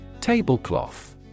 Tablecloth